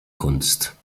kunst